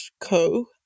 co